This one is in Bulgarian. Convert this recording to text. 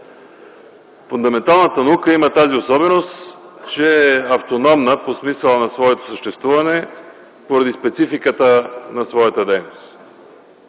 Фундаменталната наука има тази особеност, че е автономна по силата на своето съществуване, поради спецификата на своята дейност.